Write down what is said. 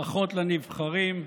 ברכות לנבחרים,